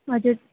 हजुर